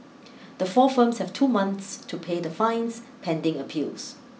the four firms have two months to pay the fines pending appeals